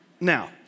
Now